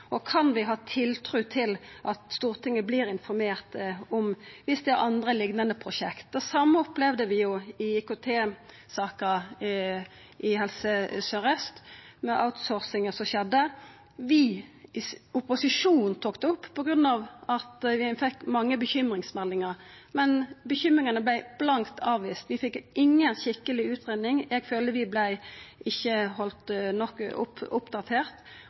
Og kan vi ha tiltru til at Stortinget vert informert dersom det er andre liknande prosjekt? Det same opplevde vi i IKT-saka i Helse Sør-Aust, med den outsourcinga som skjedde. Vi i opposisjonen tok det opp fordi vi fekk mange bekymringsmeldingar, men bekymringane vart blankt avviste. Vi fekk inga skikkeleg utgreiing. Eg føler vi vart ikkje